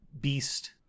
beast